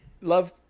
love